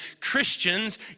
Christians